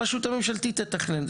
הרשות הממשלתית תתכנן.